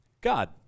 God